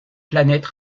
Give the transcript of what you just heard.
planète